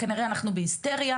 כנראה אנחנו בהיסטריה,